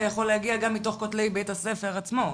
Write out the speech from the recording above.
יכול להגיע גם מתוך כותלי בית הספר עצמו.